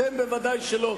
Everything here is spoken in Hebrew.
אתם ודאי שלא.